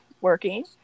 working